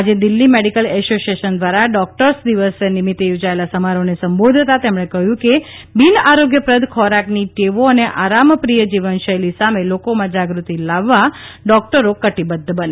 આજે Delhi medical association દ્વારા doctors દિવસ નિમિત્તે યોજાયેલા સમારોહને સંબોધતાં તેમણે કહ્યું કે બિનઆરોગ્યપ્રદ ખોરાકની ટેવો અને આરામપ્રિય જીવનશૈલી સામે લોકોમાં જાગૃતિ લાવવા ડોકટરો કટિબદ્ધ બને